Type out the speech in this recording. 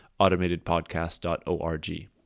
automatedpodcast.org